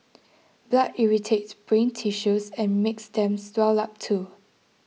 blood irritates brain tissues and makes them swell up too